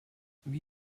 wie